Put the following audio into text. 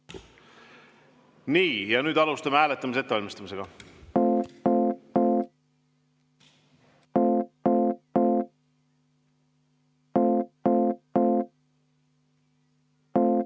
Nii, nüüd alustame hääletamise ettevalmistamist.